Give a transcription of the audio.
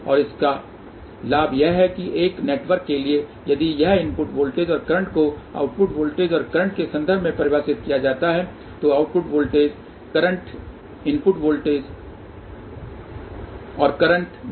और इसका लाभ यह है कि एक नेटवर्क के लिए यदि यह इनपुट वोल्टेज और करंट को आउटपुट वोल्टेज और करंट के संदर्भ में परिभाषित किया जाता है तो output voltage current input voltage और करंट बन जाता है